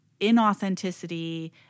inauthenticity